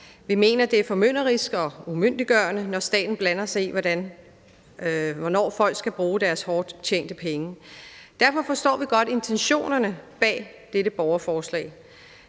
Vi mener, det er formynderisk og umyndiggørende, når staten blander sig i, hvornår folk skal bruge deres hårdt tjente penge. Derfor forstår vi godt intentionerne bag dette borgerforslag.